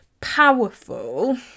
powerful